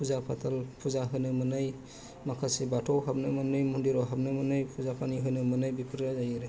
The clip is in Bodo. फुजा फाथाल फुजा होनो मोनै माखासे बाथौयाव हाबनो मोनै मन्दिराव हाबनो मोनै फुजा फानि होनो मोनै बेफोरो जाहैबाय